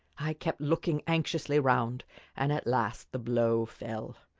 i kept looking anxiously round and at last the blow fell!